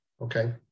okay